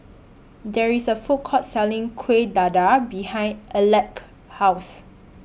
There IS A Food Court Selling Kuih Dadar behind Aleck's House